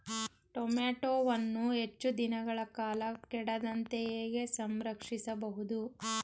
ಟೋಮ್ಯಾಟೋವನ್ನು ಹೆಚ್ಚು ದಿನಗಳ ಕಾಲ ಕೆಡದಂತೆ ಹೇಗೆ ಸಂರಕ್ಷಿಸಬಹುದು?